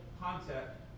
concept